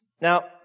Now